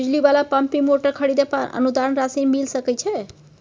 बिजली वाला pumping motor खरीदे पर अनुदान राशि मिल सके छैय?